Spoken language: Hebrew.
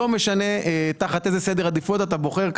לא משנה איזה סדר עדיפות אתה בוחר.